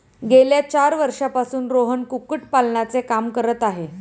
गेल्या चार वर्षांपासून रोहन कुक्कुटपालनाचे काम करत आहे